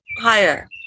higher